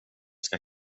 ska